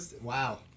Wow